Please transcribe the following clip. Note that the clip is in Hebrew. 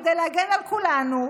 כדי להגן על כולנו,